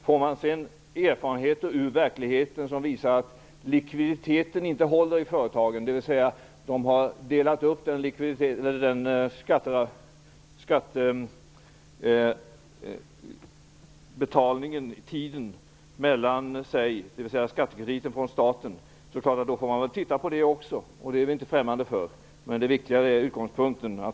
Får man sedan erfarenheter ur verkligheten som visar att likviditeten inte håller i företagen - de har delat upp skattebetalningen, dvs. skattekrediten från staten, över tiden - så får man titta på det också. Det är vi inte främmande för, men det viktiga är utgångspunkten.